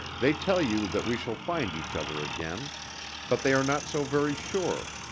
they tell you that we shall find each other again but they are not so very sure.